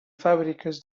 fàbriques